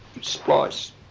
splice